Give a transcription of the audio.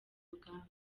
urugamba